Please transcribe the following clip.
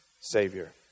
Savior